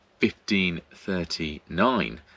1539